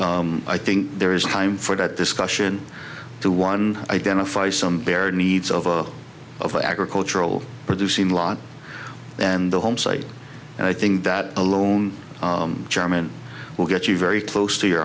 i think there is a time for that discussion to one identify some bare needs of of the agricultural producing lot and the home side and i think that alone chairman will get you very close to your